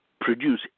produce